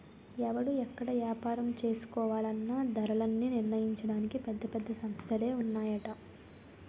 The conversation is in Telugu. ఎవడు ఎక్కడ ఏపారం చేసుకోవాలన్నా ధరలన్నీ నిర్ణయించడానికి పెద్ద పెద్ద సంస్థలే ఉన్నాయట